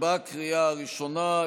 בקריאה הראשונה.